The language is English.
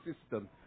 system